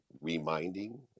reminding